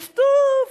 טפטוף.